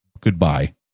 Goodbye